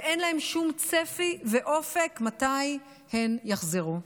ואין להן שום צפי ואופק מתי הן יחזרו.